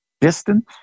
distance